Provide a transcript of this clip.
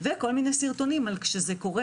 וכל מיני סרטונים כשזה קורה,